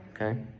Okay